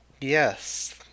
yes